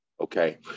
Okay